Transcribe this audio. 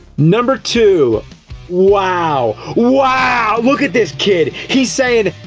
number two wow! wow, look at this kid! he's sayin',